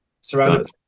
surrounded